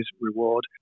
reward